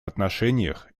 отношениях